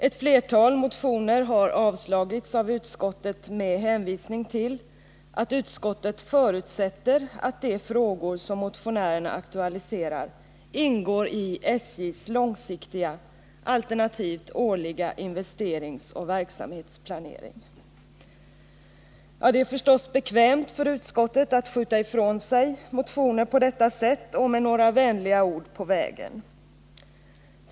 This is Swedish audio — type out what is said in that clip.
Utskottet har avstyrkt flera motioner med hänvisning till att utskottet förutsätter att de frågor som motionärerna aktualiserat ingår i SJ:s långsiktiga, alternativt årliga, investeringsoch verksamhetsplanering. Det är förstås bekvämt för utskottet att skjuta ifrån sig motioner på detta sätt med några vänliga ord på vägen.